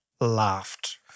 laughed